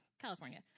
California